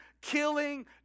killing